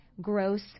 gross